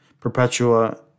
Perpetua